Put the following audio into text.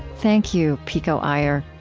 thank you, pico iyer.